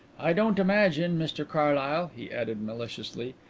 i don't imagine, mr carlyle, he added maliciously,